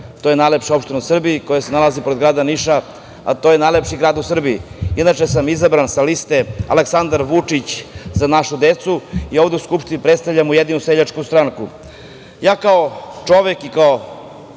najlepše opštine u Srbiji, koja se nalazi pored grada Niša, koji je najlepši grad u Srbiji. Inače sam izabran sa liste "Aleksandar Vučić - Za našu decu" i ovde u Skupštini predstavljam Ujedinjenu seljačku stranku. Kao čovek i kao